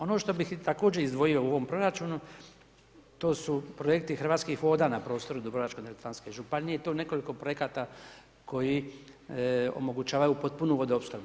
Ono što bih također izdvojio u ovom proračunu, to su projekti Hrvatskih voda na prostoru Dubrovačko-neretvanske županije i to u nekoliko projekata koji omogućavaju potpunu vodoopskrbu.